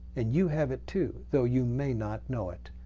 and you have it too though you may not know it.